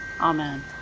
Amen